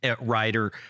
writer